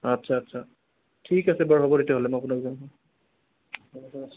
আচ্ছা আচ্ছা ঠিক আছে বাৰু হ'ব তেতিয়াহ'লে মই আপোনাক জনাম